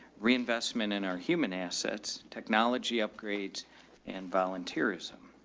reinvestment in our human assets, technology upgrades and volunteerism.